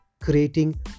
creating